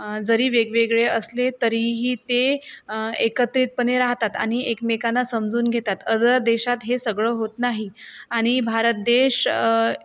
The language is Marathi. जरी वेगवेगळे असले तरीही ते एकत्रितपणे राहतात आणि एकमेकांना समजून घेतात अदर देशात हे सगळं होत नाही आणि भारत देश